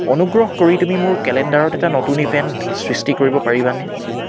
অনুগ্ৰহ কৰি তুমি মোৰ কেলেণ্ডাৰত এটা নতুন ইভেণ্ট সৃষ্টি কৰিব পাৰিবানে